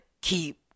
keep